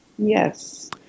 Yes